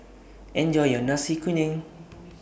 Enjoy your Nasi Kuning